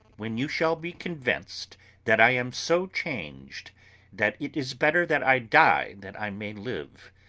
when you shall be convinced that i am so changed that it is better that i die that i may live.